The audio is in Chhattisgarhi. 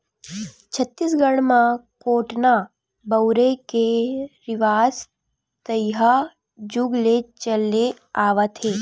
छत्तीसगढ़ म कोटना बउरे के रिवाज तइहा जुग ले चले आवत हे